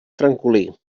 francolí